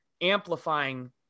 amplifying